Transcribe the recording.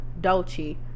Dolce